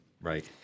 Right